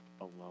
alone